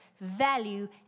value